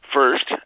First